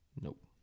Nope